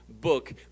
book